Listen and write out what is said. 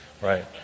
right